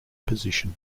position